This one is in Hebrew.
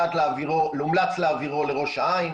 הומלץ להעבירו לראש העין.